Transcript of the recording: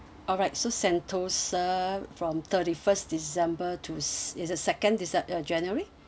alright so sentosa from thirty first december to s~ is it second dece~ uh january